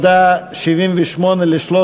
גם סעיף 76 ל-2014.